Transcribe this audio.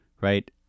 right